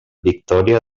victòria